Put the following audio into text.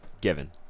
given